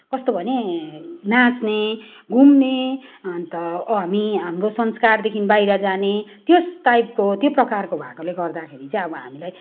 कस्तो भने नाच्ने घुम्ने अनि त हामी हाम्रो संस्कारदेखि बाहिर जाने त्यो टाइपको त्यो प्रकारको भएकोले गर्दाखेरि चाहिँ अब हामीलाई